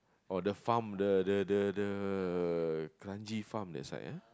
oh the farm the the the kranji farm that side ah